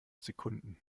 sekunden